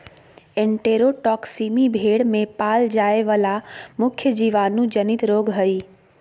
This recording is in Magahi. एन्टेरोटॉक्सीमी भेड़ में पाल जाय वला मुख्य जीवाणु जनित रोग हइ